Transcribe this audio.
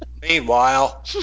Meanwhile